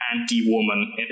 anti-woman